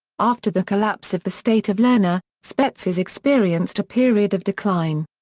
after the collapse of the state of lerna, spetses experienced a period of decline.